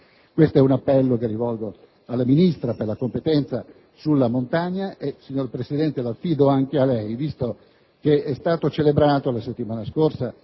Questo è un appello che rivolgo alla Ministra con delega alla montagna e, signor Presidente, affido anche a lei: è stata celebrata la settimana scorsa